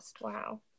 Wow